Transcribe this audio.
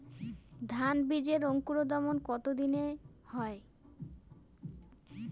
ধান বীজের অঙ্কুরোদগম কত দিনে হয়?